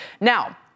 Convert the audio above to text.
Now